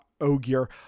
ogier